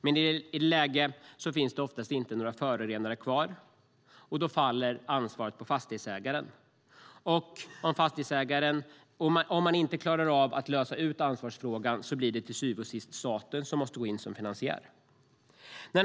Men oftast finns det inte någon förorenare kvar, och då faller ansvaret på fastighetsägaren. Om man inte klarar av att lösa ansvarsfrågan blir det till syvende och sist staten som måste gå in som finansiär.